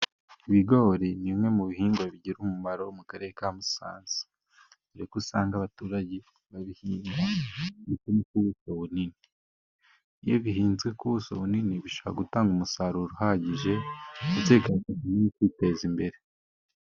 Ibigori ni bimwe mu bihingwa bigira umumaro mu karere ka Musanze. Dore ko usanga abaturage babihinga ku buka bunini. Iyo bihinzwe ku buso bunini bishobora gutanga umusaruro uhagije, ndetse bigafasha umuhinzi kwiteza imbere.